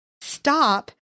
stop